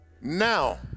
now